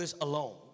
alone